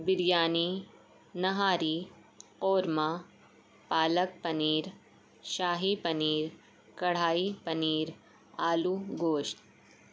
بریانی نہاری قورمہ پالک پنیر شاہی پنیر کڑھائی پنیر آلو گوشت